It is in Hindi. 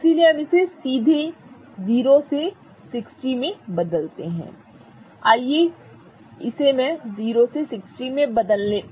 इसलिए हम इसे सीधे 0 से 60 में बदलते हैं